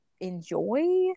enjoy